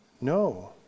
No